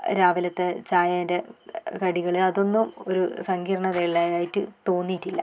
രാവിലത്തെ ചായേൻ്റെ കടികൾ അതൊന്നും ഒരു സങ്കീർണ്ണത ഉള്ളതായിട്ട് തോന്നിയിട്ടില്ല